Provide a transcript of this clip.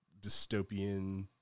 dystopian